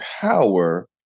power